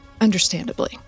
Understandably